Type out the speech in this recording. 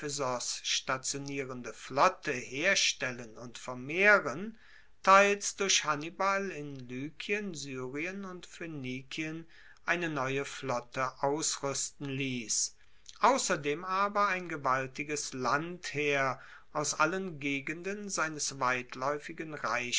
stationierende flotte herstellen und vermehren teils durch hannibal in lykien syrien und phoenikien eine neue flotte ausruesten liess ausserdem aber ein gewaltiges landheer aus allen gegenden seines weitlaeufigen